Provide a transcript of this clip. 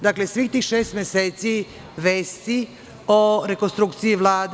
Dakle, svih tih šest meseci vesti o rekonstrukciji Vlade.